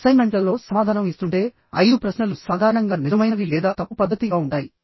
అసైన్మెంట్లలో సమాధానం ఇస్తుంటేఐదు ప్రశ్నలు సాధారణంగా నిజమైనవి లేదా తప్పు పద్ధతిగా ఉంటాయి